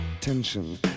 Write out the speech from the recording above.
tension